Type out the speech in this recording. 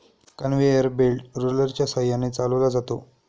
conveyor belt रोलरच्या सहाय्याने चालवला जातो